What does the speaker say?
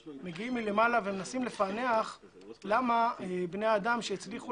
הם מגיעים מלמעלה ומנסים לפענח למה בני האדם שהצליחו